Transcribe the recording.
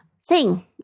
Sing